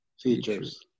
Features